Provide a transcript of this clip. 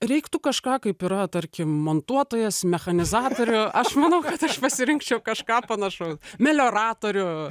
reiktų kažką kaip yra tarkim montuotojas mechanizatorių aš manau kad aš pasirinkčiau kažką panašau melioratorių